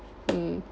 mm